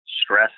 stress